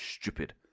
stupid